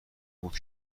بود